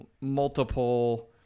multiple